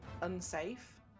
unsafe